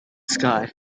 sky